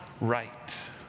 right